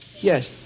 Yes